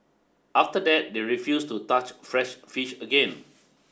after that they refused to touch fresh fish again